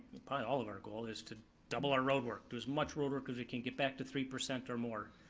probably all of our goal, is to double our road work, do as much road work as we can get back to three percent or more,